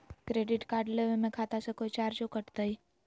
Credit card लेवे में खाता से कोई चार्जो कटतई?